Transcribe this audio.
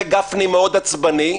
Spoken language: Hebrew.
זה גפני מאוד עצבני,